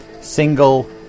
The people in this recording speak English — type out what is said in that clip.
Single